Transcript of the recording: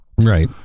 Right